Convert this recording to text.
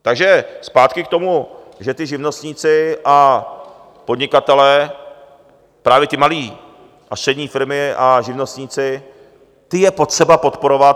Takže zpátky k tomu, že ti živnostníci a podnikatelé, právě ty malé a střední firmy a živnostníky je potřeba podporovat.